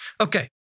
Okay